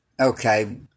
Okay